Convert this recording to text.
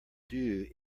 due